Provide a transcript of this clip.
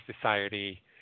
society